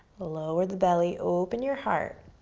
lower the belly, open your heart.